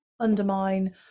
undermine